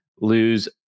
lose